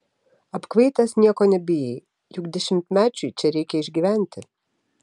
apkvaitęs nieko nebijai juk dešimtmečiui čia reikia išgyventi